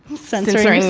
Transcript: senator.